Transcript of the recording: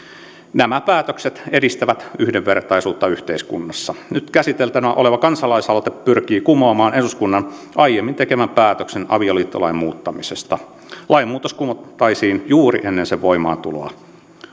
nämä päätökset edistävät yhdenvertaisuutta yhteiskunnassa nyt käsiteltävänä oleva kansalaisaloite pyrkii kumoamaan eduskunnan aiemmin tekemän päätöksen avioliittolain muuttamisesta lainmuutos kumottaisiin juuri ennen sen voimaantuloa